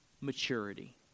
maturity